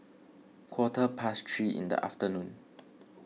quarter past three in the afternoon